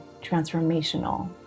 transformational